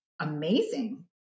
amazing